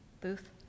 booth